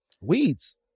Weeds